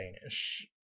Danish